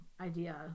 idea